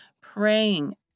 praying